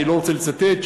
אני לא רוצה לצטט,